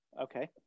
Okay